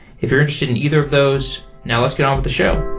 if you're interested in either of those. now, let's get on with the show.